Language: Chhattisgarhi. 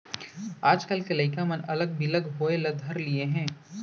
आजकाल के लइका मन अलग बिलग होय ल धर लिये हें